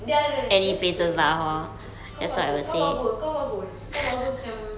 ya ya ya that's true that's true kau bagus kau bagus kau bagus kau bagus macam